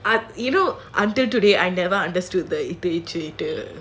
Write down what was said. you know until today I never understood the க் ச்:ikk ich